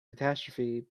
catastrophe